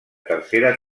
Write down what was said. tercera